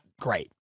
great